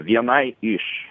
vienai iš